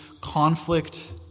conflict